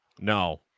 No